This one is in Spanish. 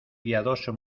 piadoso